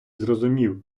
зрозумів